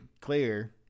clear